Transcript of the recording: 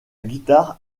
guitare